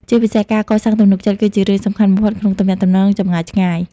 ជាពិសេស ការកសាងទំនុកចិត្ត គឺជារឿងសំខាន់បំផុតក្នុងទំនាក់ទំនងចម្ងាយឆ្ងាយ។